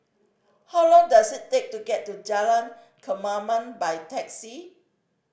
how long does it take to get to Jalan Kemaman by taxi